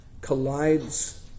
collides